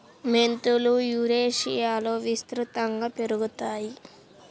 మెంతులు యురేషియాలో విస్తృతంగా పెరుగుతాయి